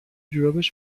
جورابش